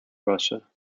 russia